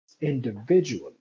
individually